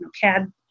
CAD